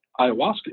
ayahuasca